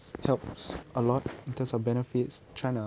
helps a lot in terms of benefits trying to